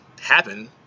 happen